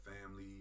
family